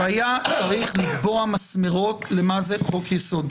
שהיה צריך לקבוע מסמרות למה זה חוק יסוד,